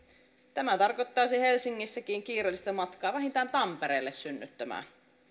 tämä tarkoittaisi helsingissäkin kiireellistä matkaa vähintään tampereelle synnyttämään